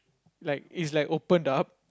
like it's like opened up